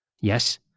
Yes